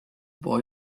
boy